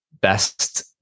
best